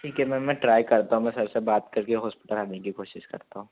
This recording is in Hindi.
ठीक है मैम मैं ट्राइ करता हूँ मैं सर से बात करके हॉस्पिटल आने की कोशिश करता हूँ